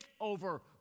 over